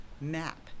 map